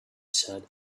said